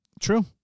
True